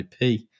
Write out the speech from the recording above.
IP